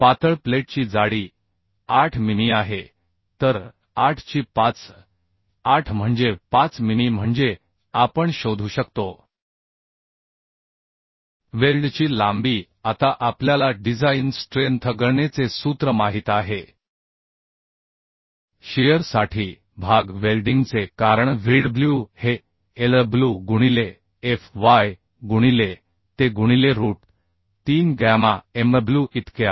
पातळ प्लेटची जाडी 8 मिमी आहे तर 8 ची 58 म्हणजे 5 मिमी म्हणजे आपण शोधू शकतो वेल्डची लांबी आता आपल्याला डिझाइन स्ट्रेंथ गणनेचे सूत्र माहित आहे शिअर साठी भाग वेल्डिंगचे कारण Vdw हे Lw गुणिले fy गुणिले te गुणिले रूट 3 गॅमा mw इतके आहे